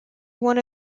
one